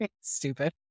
Stupid